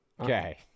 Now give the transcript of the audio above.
Okay